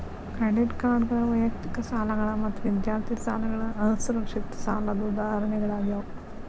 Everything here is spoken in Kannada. ಕ್ರೆಡಿಟ್ ಕಾರ್ಡ್ಗಳ ವೈಯಕ್ತಿಕ ಸಾಲಗಳ ಮತ್ತ ವಿದ್ಯಾರ್ಥಿ ಸಾಲಗಳ ಅಸುರಕ್ಷಿತ ಸಾಲದ್ ಉದಾಹರಣಿಗಳಾಗ್ಯಾವ